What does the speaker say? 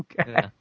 Okay